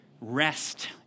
rest